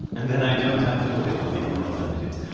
and then i don't have to look at all the other alternatives,